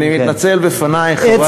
אני מתנצל בפנייך, חברת הכנסת גלאון.